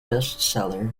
bestseller